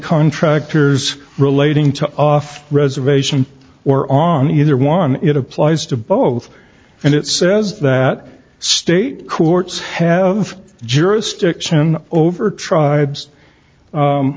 contractors relating to off reservation or on either one it applies to both and it says that state courts have jurisdiction over tribes